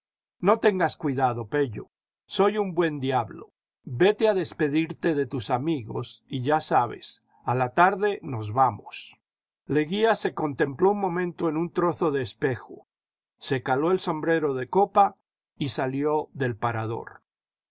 no tengas cuidado pello soy un buen diablo vete a despedirte de tus amigos y ya sabes a la tarde nos vamos leguía se contempló un momento en un trozo de espejo se caló el sombrero de copa y salió del parador